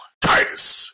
Titus